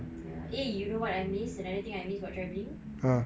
ya eh you know what I miss another thing I miss about traveling